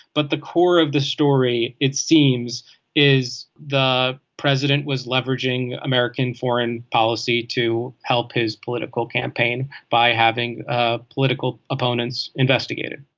but the core of the story it seems is the president was leveraging american foreign policy to help his political campaign by having ah political opponents investigated